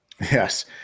Yes